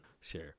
Sure